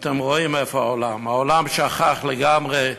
אתם רואים איפה העולם, העולם שכח לגמרי מסוריה,